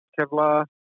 kevlar